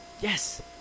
Yes